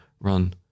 run